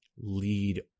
lead